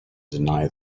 deny